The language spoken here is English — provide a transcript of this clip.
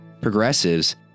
progressives